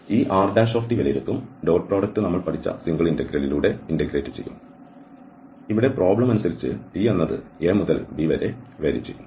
ഈ r വിലയിരുത്തും dot product നമ്മൾ പഠിച്ച സിംഗിൾ ഇന്റഗ്രലിലൂടെ ഇന്റഗ്രേറ്റ് ചെയ്യും ഇവിടെ പ്രോബ്ലം അനുസരിച്ച് t എന്നത് A മുതൽ B വരെ വ്യത്യാസപ്പെടും